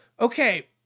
Okay